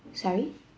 sorry